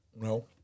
No